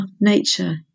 nature